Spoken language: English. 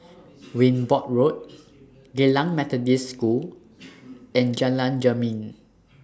Wimborne Road Geylang Methodist School and Jalan Jermin